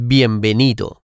Bienvenido